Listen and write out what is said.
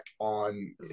on